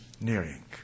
nearing